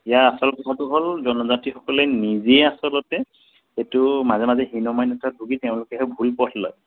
ইয়াৰ আচল কথাটো হ'ল জনজাতিসকলে নিজেই আচলতে সেইটো মাজে মাজে ভোগী তেওঁলোকেহে ভুল পথ লয়